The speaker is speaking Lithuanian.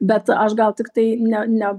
bet aš gal tiktai ne ne